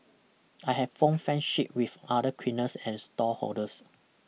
I have form friendship with other cleaners and stallholders